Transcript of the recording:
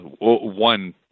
one